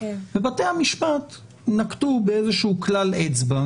ובתי המשפט נקטו באיזשהו כלל אצבע,